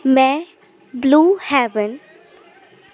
ਮੈਂ blue haven